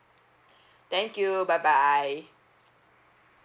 thank you bye bye